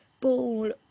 ball